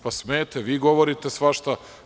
Pa smete, vi govorite svašta.